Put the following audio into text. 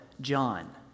John